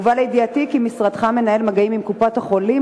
הובא לידיעתי כי משרדך מנהל מגעים עם קופות-החולים